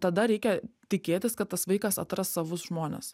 tada reikia tikėtis kad tas vaikas atras savus žmones